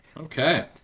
Okay